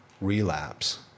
relapse